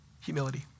Humility